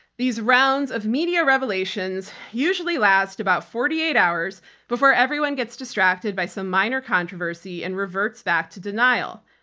these rounds of media revelations usually last about forty eight hours before everyone gets distracted by some minor controversy and reverts back to denial.